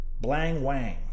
Blang-wang